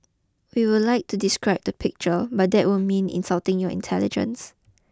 we would like to describe the picture but that would mean insulting your intelligence